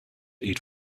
eat